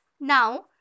Now